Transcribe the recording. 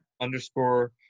underscore